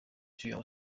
具有